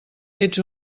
ets